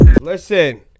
Listen